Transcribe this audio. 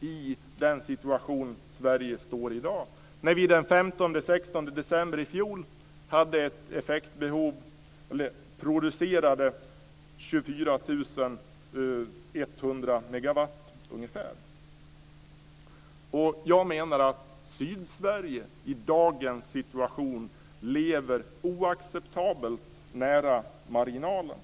i den situation som Sverige i dag befinner sig i. 24 100 megawatt. Jag menar att Sydsverige i dagens situation lever oacceptabelt nära marginalen.